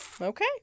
okay